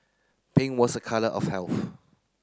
pink was a colour of health